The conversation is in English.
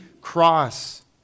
cross